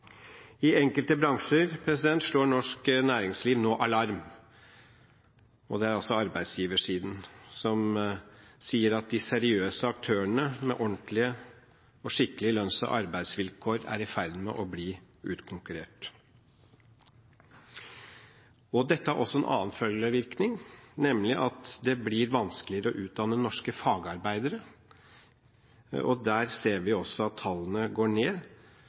enkelte bransjer, slår norsk næringsliv nå alarm. Det er arbeidsgiversiden som sier at de seriøse aktørene, med ordentlige og skikkelige lønns- og arbeidsvilkår, er i ferd med å bli utkonkurrert. Dette får også en annen følge, nemlig at det blir vanskeligere å utdanne norske fagarbeidere. Her ser vi at tallene går ned,